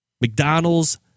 McDonald's